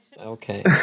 Okay